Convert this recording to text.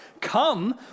Come